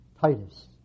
Titus